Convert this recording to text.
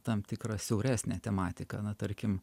tam tikrą siauresnę tematiką na tarkim